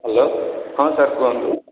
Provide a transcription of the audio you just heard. hello ହଁ sir କୁହନ୍ତୁ